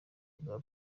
bwa